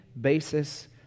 basis